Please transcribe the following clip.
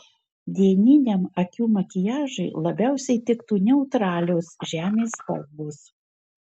dieniniam akių makiažui labiausiai tiktų neutralios žemės spalvos